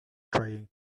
trying